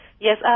Yes